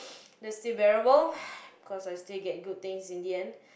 that's still bearable cause I still get good things in the end